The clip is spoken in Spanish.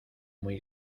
muy